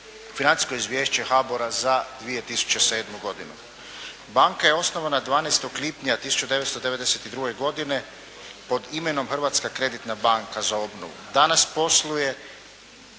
Hrvatska banka za obnovu